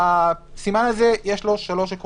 לסימן הזה יש שלושה עקרונות: